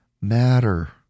matter